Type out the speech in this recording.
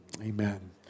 Amen